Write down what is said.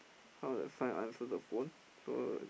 how to find answer the phone so